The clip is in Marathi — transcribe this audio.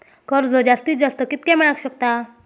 कर्ज जास्तीत जास्त कितक्या मेळाक शकता?